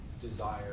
desire